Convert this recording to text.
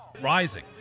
rising